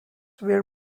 were